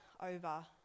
over